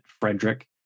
Frederick